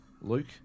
Luke